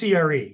CRE